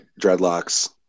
dreadlocks